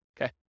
okay